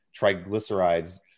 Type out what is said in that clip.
triglycerides